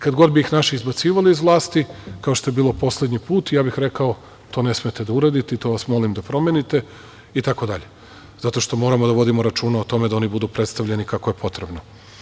Kad god bi ih naši izbacivali iz vlasti, kao što je bilo poslednji put, ja bih rekao - to ne smete da uradite, to vas molim da promenite, i tak dalje, zato što moramo da vodimo računa o tome da oni budu predstavljeni kako je potrebno.